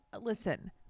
listen